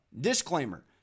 Disclaimer